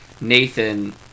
Nathan